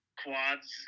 quads